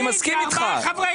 אני מסכים איתך.